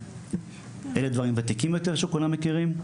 אלה דברים ותיקים יותר, שכולם מכירים.